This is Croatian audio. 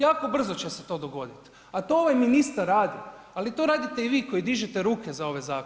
Jako brzo će se to dogoditi, a to ovaj ministar radi, ali to radite i vi koji dižete ruke za ove zakone.